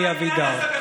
אלי אבידר.